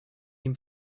him